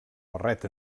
barret